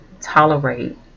tolerate